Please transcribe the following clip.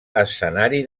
escenari